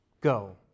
go